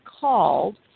called